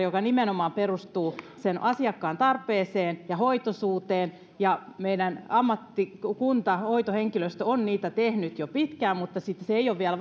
joka nimenomaan perustuu asiakkaan tarpeeseen ja hoitoisuuteen meidän ammattikunta hoitohenkilöstö on niitä tehnyt jo pitkään mutta se ei ole vielä